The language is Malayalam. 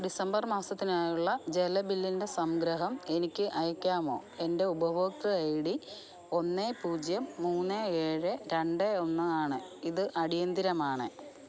ഡിസംബർ മാസത്തിനായുള്ള ജല ബില്ലിൻ്റെ സംഗ്രഹം എനിക്ക് അയക്കാമോ എൻ്റെ ഉപഭോക്തൃ ഐ ഡി ഒന്ന് പൂജ്യം മൂന്ന് ഏഴ് രണ്ട് ഒന്ന് ആണ് ഇത് അടിയന്തിരമാണ്